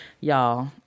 Y'all